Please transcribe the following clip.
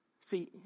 See